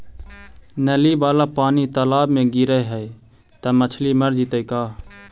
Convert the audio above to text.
नली वाला पानी तालाव मे गिरे है त मछली मर जितै का?